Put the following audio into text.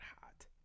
hot